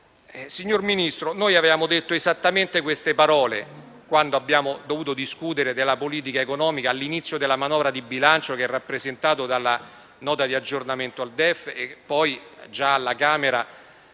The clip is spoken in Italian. Signor Ministro, noi avevamo detto esattamente queste parole quando abbiamo dovuto discutere della politica economica all'inizio della manovra di bilancio, in occasione dell'esame della Nota di aggiornamento al DEF e poi già alla Camera